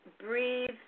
breathe